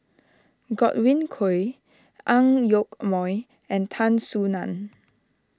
Godwin Koay Ang Yoke Mooi and Tan Soo Nan